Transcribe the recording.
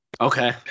Okay